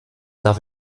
darf